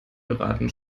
beraten